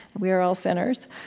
we are all sinners.